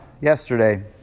yesterday